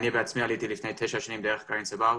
אני בעצמי עליתי לפני תשע שנים דרך גרעין צבר,